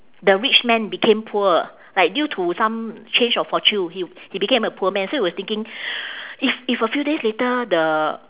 the rich man became poor like due to some change of fortune he he became a poor man so he was thinking if if a few days later the